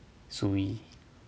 Suyi